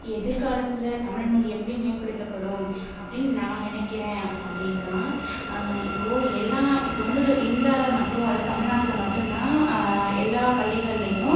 எதிர்காலத்தில் தமிழ்மொழி எப்படி மேம்படுத்தப்படும் அப்படின்னு நான் நினைக்குறேன் அப்படின்னா இப்போது எல்லா இப்போது வந்து இந்தியாவில் மட்டும் வந்து தமிழ்நாட்டில் மட்டும் தான் எல்லா பள்ளிகள்லேயும்